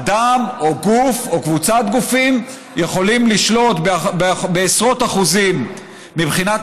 אדם או גוף או קבוצת גופים יכולים לשלוט בעשרות אחוזים מבחינת